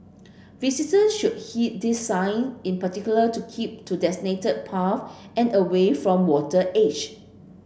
visitor should heed these sign in particular to keep to designated paths and away from water edge